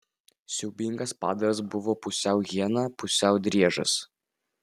siaubingas padaras buvo pusiau hiena pusiau driežas